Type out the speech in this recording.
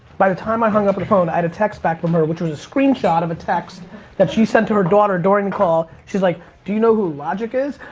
by the time i hung up the phone, i had a text back from her, which was a screenshot of a text that she sent to her daughter during the call, she's like, do you know who logic is?